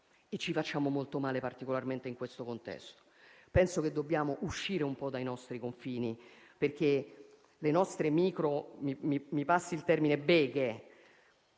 ci facciamo molto male, particolarmente in questo contesto. Penso che dobbiamo uscire un po' dai nostri confini, perché le nostre - mi passi il termine -